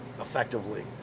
effectively